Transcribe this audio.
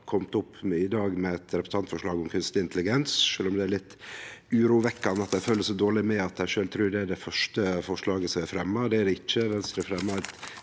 dag har kome opp med eit representantforslag om kunstig intelligens, sjølv om det er litt urovekkjande at dei følgjer så dårleg med at dei sjølve trur det er det første forslaget som er fremja. Det er det ikkje. Venstre fremja